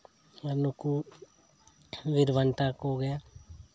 ᱟᱨ ᱱᱩᱠᱩ ᱵᱤᱨ ᱵᱟᱱᱴᱟ ᱠᱚᱜᱮ